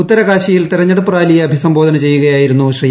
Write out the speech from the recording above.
ഉത്തര കാശിയിൽ തെരഞ്ഞെടുപ്പ് റാലിയെ അഭിസംബോധന ചെയ്യുകയായിരുന്നു ശ്രീ